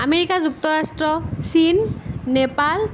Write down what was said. America যুক্তৰাষ্ট্ৰ চীন নেপাল